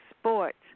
sports